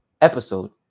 episode